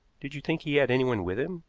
did you think he had anyone with him?